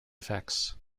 effects